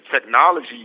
technology